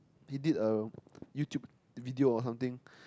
he did a YouTube video or something